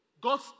God